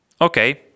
Okay